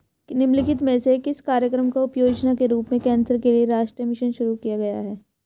निम्नलिखित में से किस कार्यक्रम को उपयोजना के रूप में कैंसर के लिए राष्ट्रीय मिशन शुरू किया गया है?